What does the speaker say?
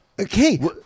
Okay